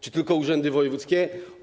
Czy tylko urzędy wojewódzkie?